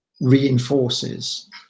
reinforces